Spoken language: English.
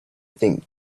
think